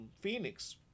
Phoenix